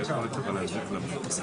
איך הפליטים נמצאים